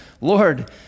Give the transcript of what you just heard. Lord